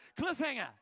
cliffhanger